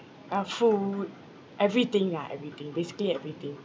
uh food everything lah everything basically everything